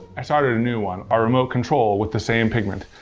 i started a new one, our remote control with the same pigment.